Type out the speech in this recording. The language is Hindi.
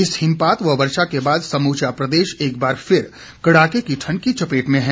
इस हिमपात व वर्षा के बाद समूचा प्रदेश एक बार फिर कड़ाके की ठंड की चपेट में है